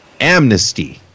amnesty